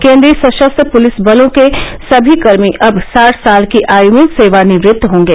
केन्द्रीय सशस्त्र पुलिस बलों के सभी कर्मी अब साठ साल की आयू में सेवानिवृत्त होंगे